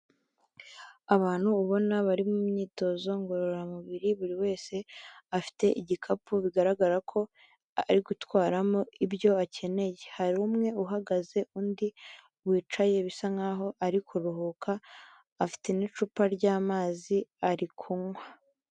Abantu ubona bari mu myitozo ngororamubiri buri wese afite igikapu, bigaragara ko ari gutwaramo ibyo akeneye, hari umwe uhagaze undi wicaye bisa nk'aho ari kuruhuka, afite n'icupa ry'amazi arikunywa.